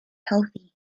healthy